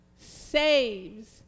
saves